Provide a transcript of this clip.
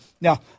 now